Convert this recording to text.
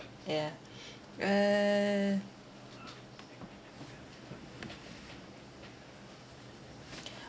yeah uh